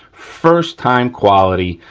first time quality,